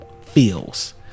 feels